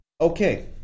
Okay